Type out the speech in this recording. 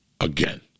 again